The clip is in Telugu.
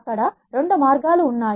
అక్కడ 2 మార్గాలు ఉన్నాయి